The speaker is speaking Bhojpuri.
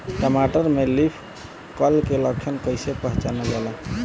टमाटर में लीफ कल के लक्षण कइसे पहचानल जाला?